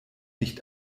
nicht